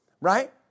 right